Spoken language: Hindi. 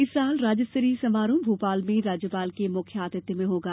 इस वर्ष राज्य स्तरीय समारोह भोपाल में राज्यपाल के मुख्य आतिथ्य में होगा